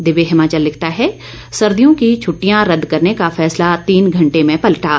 दिव्य हिमाचल लिखता है सर्दियों की छुट्टियां रद्द करने का फैसला तीन घंटे में पलटा